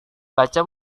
baca